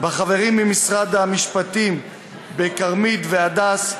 החברות ממשרד המשפטים כרמית והדס,